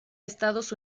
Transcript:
estados